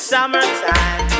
Summertime